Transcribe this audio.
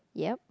yup